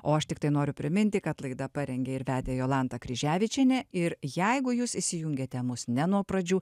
o aš tiktai noriu priminti kad laidą parengė ir vedė jolanta kryževičienė ir jeigu jūs įsijungėte mus ne nuo pradžių